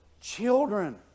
children